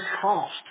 cost